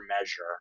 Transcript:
measure